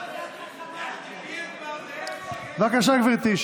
בבקשה, גברתי.